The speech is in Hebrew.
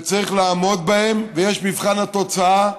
וצריך לעמוד בהם, ויש מבחן התוצאה,